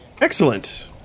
Excellent